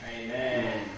Amen